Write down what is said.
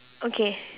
okay